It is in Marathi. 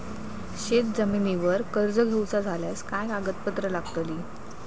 शेत जमिनीवर कर्ज घेऊचा झाल्यास काय कागदपत्र लागतली?